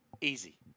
Easy